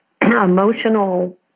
Emotional